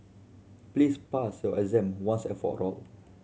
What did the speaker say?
please pass your exam once and for all